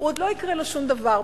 עוד לא יקרה לו שום דבר,